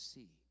See